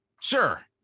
Sure